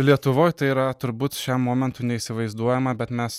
lietuvoje tai yra turbūt šiam momentui neisime vaizduojama bet mes